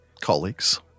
colleagues